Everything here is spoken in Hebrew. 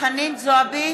חנין זועבי,